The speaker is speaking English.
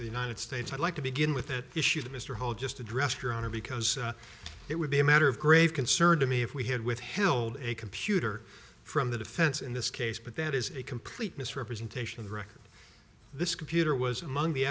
the united states i'd like to begin with that issue that mr hole just addressed your honor because it would be a matter of grave concern to me if we had withheld a computer from the defense in this case but that is a complete misrepresentation of the record this computer was among the